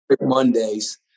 mondays